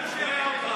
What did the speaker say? יש לכם רוב.